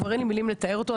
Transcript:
כבר אין לי מילים לתאר אותו,